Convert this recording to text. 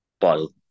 bottle